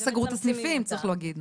וסגרו גם את הסניפים, צריך להגיד.